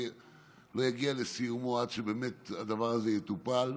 יגיע לסיומו עד שבאמת הדבר הזה יטופל,